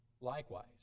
likewise